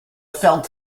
felt